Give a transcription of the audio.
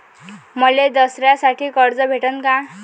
मले दसऱ्यासाठी कर्ज भेटन का?